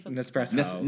Nespresso